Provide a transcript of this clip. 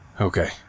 Okay